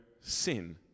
sin